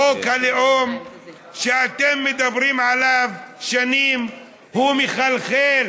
חוק הלאום שאתם מדברים עליו שנים הוא מחלחל.